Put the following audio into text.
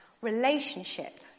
Relationship